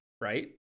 right